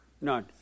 None